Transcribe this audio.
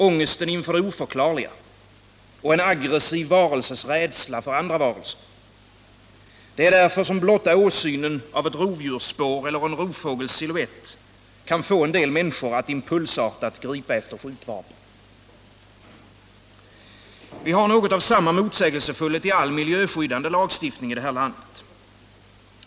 Ångesten inför det oförklarliga, en aggressiv varelses rädsla för andra varelser. Det är därför som blotta åsynen av ett rovdjursspår eller en rovfågels silhuett kan få en del människor att impulsartat gripa efter skjutvapen. Vi har något av samma motsägelsefullhet i all miljöskyddande lagstiftning i vårt land.